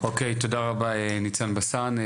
אוקי, תודה רבה, ניצן בסן.